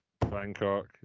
Bangkok